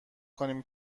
کنیم